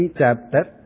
chapter